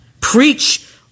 preach